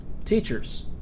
Teachers